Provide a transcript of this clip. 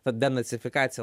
ta denacifikacija